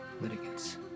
litigants